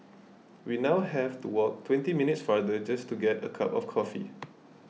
we now have to walk twenty minutes farther just to get a cup of coffee